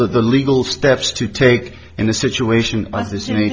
the legal steps to take in a situation like this you know